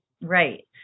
Right